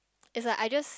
it's like I just